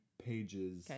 Pages